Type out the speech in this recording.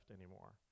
anymore